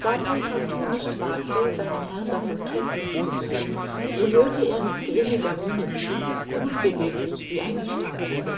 da passepartout nicht wagte seinem herrn davon kenntniß zu geben so hörte er mit grimmiger miene zu unbeweglich wie eine statue